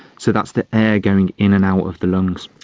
so that's the air going in and out of the lungs.